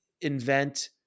invent